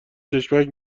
چشمک